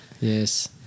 Yes